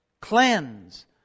Cleanse